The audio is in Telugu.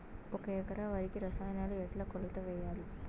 ఒక ఎకరా వరికి రసాయనాలు ఎట్లా కొలత వేయాలి?